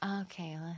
Okay